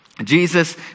Jesus